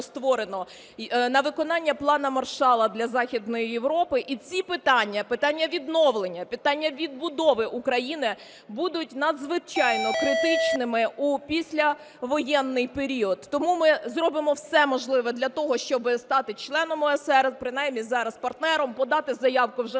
на виконання Плану Маршалла для Західної Європи, і ці питання, питання відновлення, питання відбудови України, будуть надзвичайно критичними у післявоєнний період. Тому ми зробимо все можливе для того, щоб стати членом ОЕСР, принаймні зараз партнером, подати заявку вже